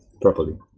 properly